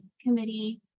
Committee